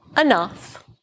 enough